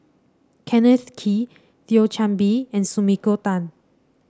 Kenneth Kee Thio Chan Bee and Sumiko Tan